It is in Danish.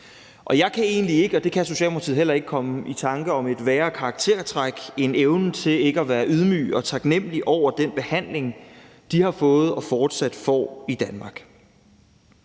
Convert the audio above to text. Jeg kan egentlig ikke, og det kan Socialdemokratiet heller ikke, komme i tanke om et værre karaktertræk end evnen til ikke at være ydmyg og taknemlig over den behandling, de har fået og fortsat får i Danmark.